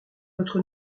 votre